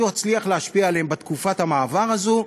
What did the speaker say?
הוא יצליח להשפיע עליהם בתקופת המעבר הזו.